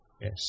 Yes